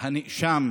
הנאשם